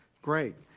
great.